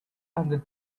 under